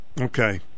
Okay